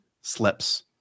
slips